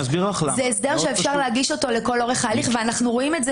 זה הסדר שאפשר להגיש אותו לכל אורך ההליך ואנחנו רואים את זה